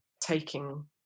taking